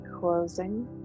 closing